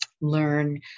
learn